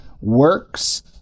works